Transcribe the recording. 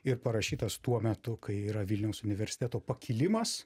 ir parašytas tuo metu kai yra vilniaus universiteto pakilimas